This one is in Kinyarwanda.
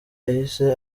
yahise